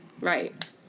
Right